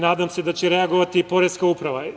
Nadam se da će reagovati i poreska uprava.